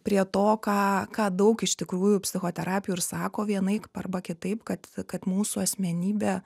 prie to ką ką daug iš tikrųjų psichoterapijų ir sako vienaip arba kitaip kad kad mūsų asmenybė